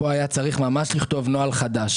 פה היה צריך ממש לכתוב נוהל חדש,